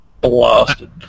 blasted